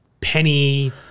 penny